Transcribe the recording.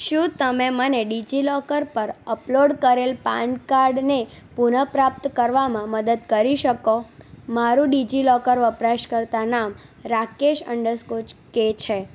શું તમે મને ડિજિલોકર પર અપલોડ કરેલ પાન કાર્ડને પુનઃપ્રાપ્ત કરવામાં મદદ કરી શકો મારું ડિજિલોકર વપરાશકર્તા નામ રાકેશ અંડસ્કોચ કે છે